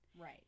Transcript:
Right